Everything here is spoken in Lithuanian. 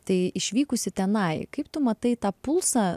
tai išvykusi tenai kaip tu matai tą pulsą